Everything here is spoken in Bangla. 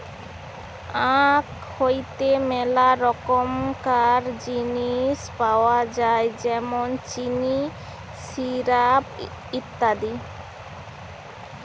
আখ হইতে মেলা রকমকার জিনিস পাওয় যায় যেমন চিনি, সিরাপ, ইত্যাদি